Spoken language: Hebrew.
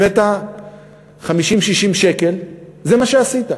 הבאת 50, 60 שקל, זה מה שעשית.